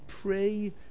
pray